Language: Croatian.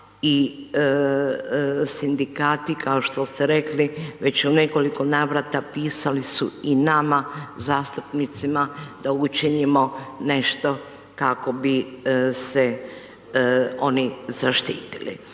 i sindikati kao što ste rekli, već u nekoliko navrata pisali su i nama zastupnicima da učinimo nešto kako bi se oni zaštitili.